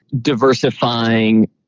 diversifying